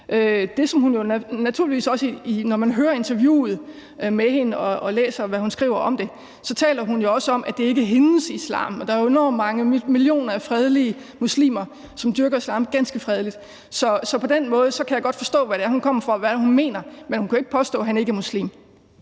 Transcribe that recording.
Når man hører interviewet med hende og læser, hvad hun skriver om det, taler hun jo også om, at det ikke er hendes islam. Der er jo enormt mange, millioner af fredelige muslimer, som dyrker islam ganske fredeligt. Så på den måde kan jeg godt forstå, hvad det er, hun mener, men hun kan jo ikke påstå, at han ikke er muslim.